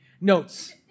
Notes